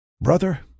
Brother